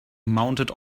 mounted